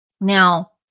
Now